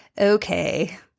okay